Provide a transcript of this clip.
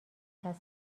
کسب